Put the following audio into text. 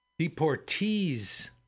deportees